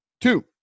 Two